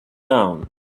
down